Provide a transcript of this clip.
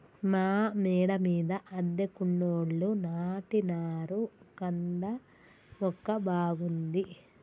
మా మేడ మీద అద్దెకున్నోళ్లు నాటినారు కంద మొక్క బాగుంది